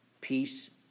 peace